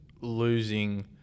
losing